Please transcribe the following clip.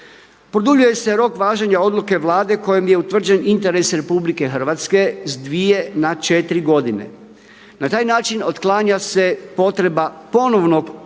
Produljuje se rok važenja odluke Vlade kojom je utvrđen interes RH s dvije na četiri godine. Na taj način otklanja se potreba ponovnog utvrđivanja